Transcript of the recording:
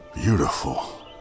beautiful